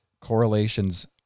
correlations